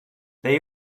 they